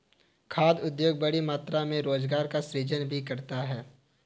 खाद्य उद्योग बड़ी मात्रा में रोजगार का सृजन भी करता है